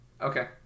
okay